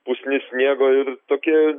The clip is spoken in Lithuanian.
pusnis sniego ir tokia